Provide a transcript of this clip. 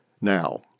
now